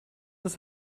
ist